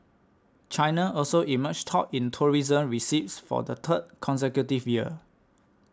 China also emerged top in tourism receipts for the third consecutive year